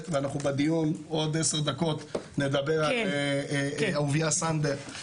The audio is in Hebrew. ואנחנו בדיון עוד עשר דקות נדבר על אהוביה סנדק,